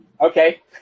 Okay